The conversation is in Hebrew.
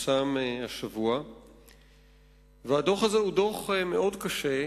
הדוח הזה מאוד קשה,